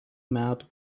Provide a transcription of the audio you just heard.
metų